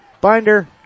Binder